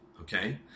okay